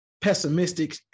pessimistic